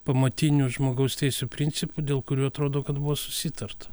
pamatinių žmogaus teisių principų dėl kurių atrodo kad buvo susitarta